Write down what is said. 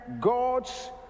God's